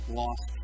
lost